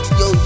yo